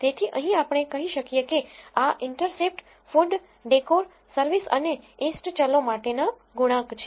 તેથી અહીં આપણે કહીએ છીએ કે આ intercept food decor service અને eastચલો માટેના ગુણાંક છે